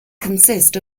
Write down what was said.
consist